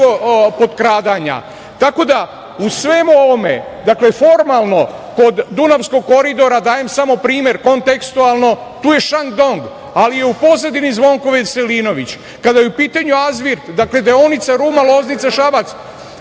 da, u svemu ovome, formalno, kod Dunavskog koridora, dajem samo primer kontekstualno, tu je "Šang-dong", ali je u pozadini Zvonko Veselinović. Kada je u pitanju "Azvirt", deonica Ruma-Loznica-Šabac,